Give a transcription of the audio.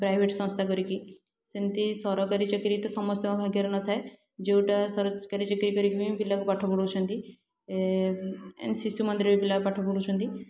private ସଂସ୍ଥା କରିକି ସେମିତି ସରକାରୀ ଚାକିରି ତ ସମସ୍ତଙ୍କ ଭାଗ୍ୟରେ ନଥାଏ ଯେଉଁଟା ସରକାରୀ ଚାକିରି କରି ବି ପିଲାଙ୍କୁ ପାଠ ପଢ଼ାଉଛନ୍ତି ଏ ଶିଶୁମନ୍ଦିରରେ ପିଲା ପାଠ ପଢ଼ୁଛନ୍ତି